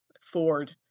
ford